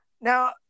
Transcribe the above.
Now